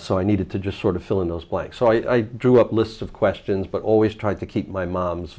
so i needed to just sort of fill in those blanks so i drew up a list of questions but i always tried to keep my mom's